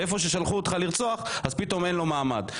למקום ממנו שלחו אותך לרצוח אבל פתאום אין לו מעמד.